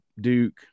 Duke